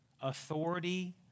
authority